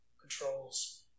controls